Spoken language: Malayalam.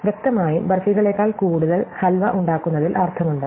വ്യക്തമായും ബാർഫികളേക്കാൾ കൂടുതൽ ഹൽവ ഉണ്ടാക്കുന്നതിൽ അർത്ഥമുണ്ട്